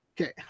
Okay